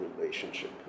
relationship